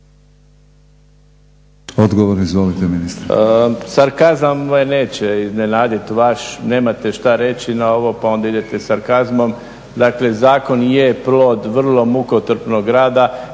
Odgovor, izvolite ministre.